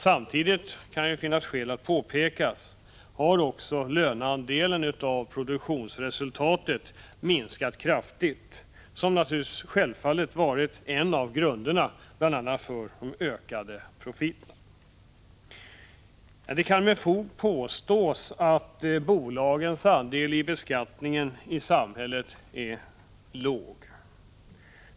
Samtidigt har också — det kan finnas skäl att påpeka detta — löneandelen av produktionsresultatet minskat kraftigt, som självfallet är en av grunderna för de ökade profiterna. Det kan med fog påstås att bolagens andel av beskattningen i samhället är låg.